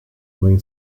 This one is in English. main